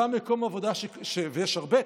ויש הרבה,